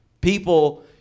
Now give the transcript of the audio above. People